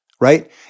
right